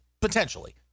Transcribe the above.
potentially